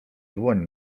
dłoń